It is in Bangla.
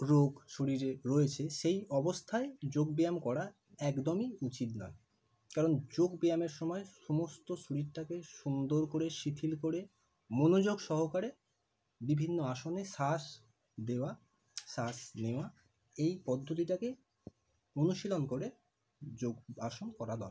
রোগ শরীরে রয়েছে সেই অবস্থায় যোগব্যায়াম করা একদমই উচিত নয় কারণ যোগব্যায়ামের সময় সমস্ত শরীরটাকে সুন্দর করে শিথিল করে মনোযোগ সহকারে বিভিন্ন আসনে শ্বাস দেওয়া শ্বাস নেওয়া এই পদ্ধতিটাকে অনুশীলন করে যোগ আসন করা দরকার